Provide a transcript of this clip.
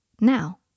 Now